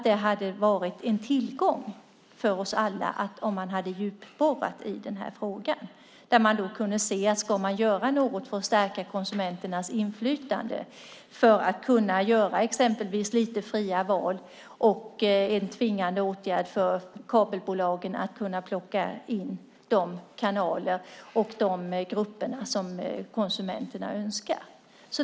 Det skulle vara en tillgång för oss alla om ni djupborrar i frågan. Det ska göras något för att stärka konsumenternas inflytande att göra fria val, det vill säga tvingande åtgärder för kabelbolagen att ta med de kanaler och grupper som konsumenterna önskar.